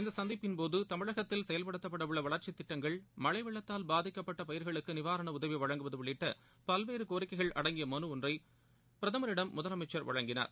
இந்த சந்திப்பின்போது தமிழகத்தில் செயல்படுத்தப்பட உள்ள வளர்ச்சித் திட்டங்கள் மழை வெள்ளத்தால் பாதிக்கப்பட்ட பயிர்களுக்கு நிவாரண உதவி வழங்குவது உள்ளிட்ட பல்வேறு கோரிக்கைகள் அடங்கிய மனு ஒன்றை பிரதமரிடம் முதலமைச்சர் வழங்கினார்